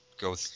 go